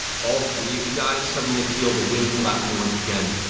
all three of you guys suddenly feel the wind pulled out from you once again,